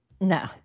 no